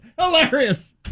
Hilarious